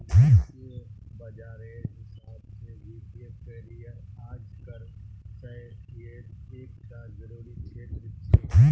भारतीय बाजारेर हिसाब से वित्तिय करिएर आज कार समयेत एक टा ज़रूरी क्षेत्र छे